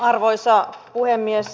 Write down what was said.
arvoisa puhemies